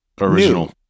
original